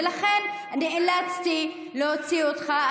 ולכן נאלצתי להוציא אותך,